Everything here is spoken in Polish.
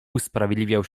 usprawiedliwiał